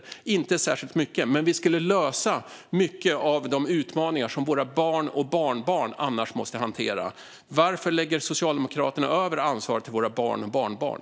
Det är inte särskilt mycket, men det skulle lösa mycket av de utmaningar som våra barn och barnbarn annars måste hantera. Varför lägger Socialdemokraterna över ansvaret till våra barn och barnbarn?